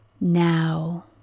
now